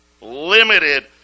Limited